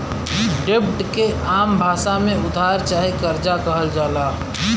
डेब्ट के आम भासा मे उधार चाहे कर्जा कहल जाला